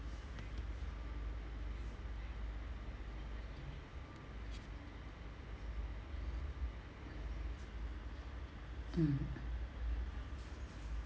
mm